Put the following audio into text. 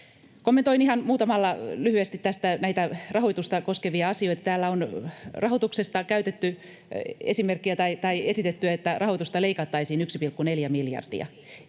Kommentoin ihan lyhyesti näitä rahoitusta koskevia asioita. Täällä on rahoituksesta käytetty esimerkkiä tai esitetty, että rahoitusta leikattaisiin 1,4 miljardia.